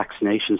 vaccinations